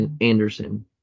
Anderson